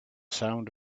sound